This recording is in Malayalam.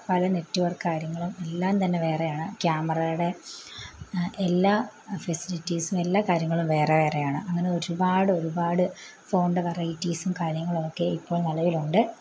പല നെറ്റ് വർക്ക് കാര്യങ്ങളും എല്ലാം തന്നെ വേറെയാണ് ക്യാമറേടെ എല്ലാ ഫെസിലിറ്റീസും എല്ലാ കാര്യങ്ങളും വേറെ വേറെയാണ് അങ്ങനെ ഒരുപാട് ഒരുപാട് ഫോണിൻ്റെ വെറൈറ്റീസും കാര്യങ്ങളൊക്കെ ഇപ്പോൾ നിലവിലുണ്ട്